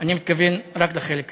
אני מתכוון רק לחלק הזה,